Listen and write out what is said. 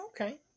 Okay